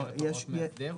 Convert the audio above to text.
במסגרת הוראות מאסדר?